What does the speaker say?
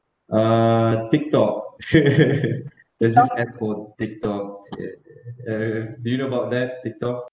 uh TikTok there's this app called TikTok do you know about that TikTok